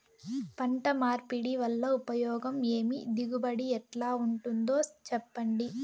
పంట మార్పిడి వల్ల ఉపయోగం ఏమి దిగుబడి ఎట్లా ఉంటుందో చెప్పండి?